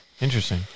interesting